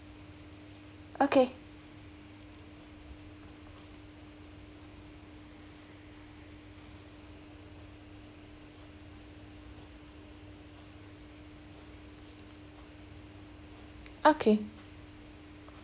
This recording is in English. okay okay